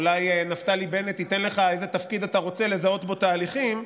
אולי נפתלי בנט ייתן לך איזה תפקיד שאתה רוצה לזהות בו תהליכים,